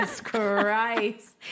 Christ